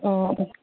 অঁ